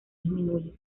disminuye